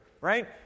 Right